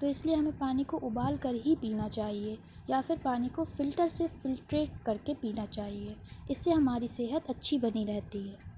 تو اس لیے ہمیں پانی کو ابال کر ہی پینا چاہیے یا پھر پانی کو فلٹر سے فلٹریٹ کر کے پینا چاہیے اس سے ہماری صحت اچھی بنی رہتی ہے